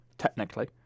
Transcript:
Technically